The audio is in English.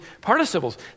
participles